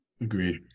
Agreed